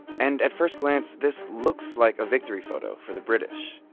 and at first glance, this looks like a victory photo for the british.